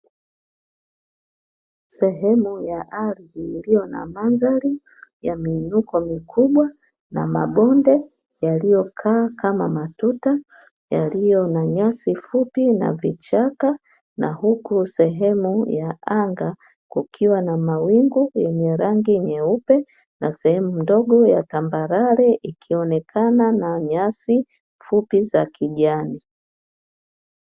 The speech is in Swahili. Sehemu ya ardhi iliyo na mandhari ya miinuko mikubwa na mabonde, yaliyokaa kama matuta yaliyo na nyasi fupi na vichaka na huku sehemu ya anga kukiwa na mawingu ya rangi nyeupe na sehemu ndogo ya tambarare ikionekana na nyasi fupi za kijani.